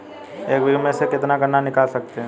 एक बीघे में से कितना गन्ना निकाल सकते हैं?